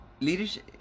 leadership